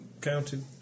counted